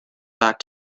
back